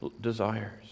desires